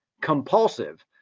compulsive